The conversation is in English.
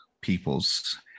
peoples